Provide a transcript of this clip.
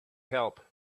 help